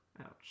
Ouch